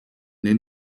den